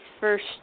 first